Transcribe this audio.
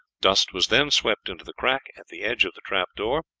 dust was then swept into the crack at the edge of the trapdoor,